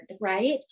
right